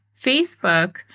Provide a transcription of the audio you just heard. Facebook